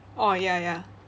oh ya ya